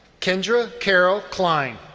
kendra carol kline.